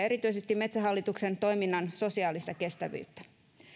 erityisesti metsähallituksen toiminnan sosiaalista kestävyyttä